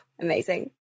Amazing